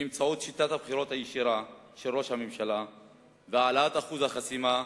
באמצעות שיטת הבחירה הישירה של ראש הממשלה והעלאת אחוז החסימה,